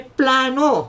plano